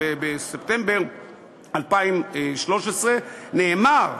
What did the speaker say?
בספטמבר 2013 נאמר ב"הארץ"